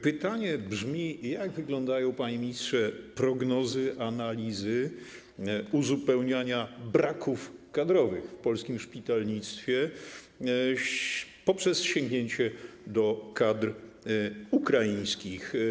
Pytanie brzmi: Jak wyglądają, panie ministrze, prognozy, analizy uzupełniania braków kadrowych w polskim szpitalnictwie poprzez sięgnięcie do kadr ukraińskich?